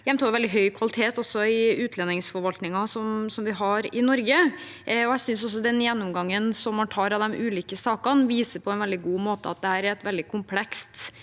er en veldig høy kvalitet i utlendingsforvaltningen vi har i Norge, og jeg synes også den gjennomgangen man tar av de ulike sakene, på en veldig god måte viser at dette er et veldig komplekst